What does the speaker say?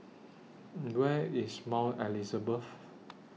Where IS Mount Elizabeth